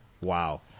Wow